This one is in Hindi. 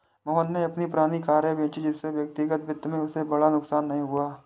मोहन ने अपनी पुरानी कारें बेची जिससे व्यक्तिगत वित्त में उसे बड़ा नुकसान नहीं हुआ है